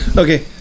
Okay